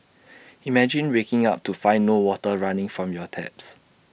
imagine waking up to find no water running from your taps